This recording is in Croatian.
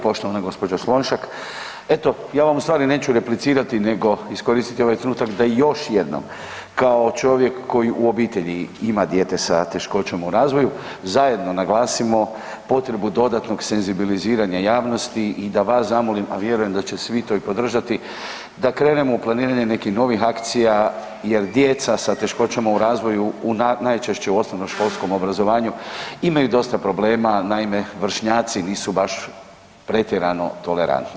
Poštovana gospođa Slonšak, eto ja vam u stvari neću replicirati nego iskoristiti ovaj trenutak da još jednom kao čovjek koji u obitelji ima dijete sa teškoćama u razvoju zajedno naglasimo potrebu dodatnog senzibiliziranja javnosti i da vas zamolim, a vjerujem da će svi to i podržati da krenemo u planiranje nekih novih akcija jer djeca sa teškoćama u razvoju najčešće u osnovnoškolskom obrazovanju imaju dosta problema, naime vršnjaci nisu baš pretjerano tolerantni.